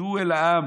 תרדו אל העם,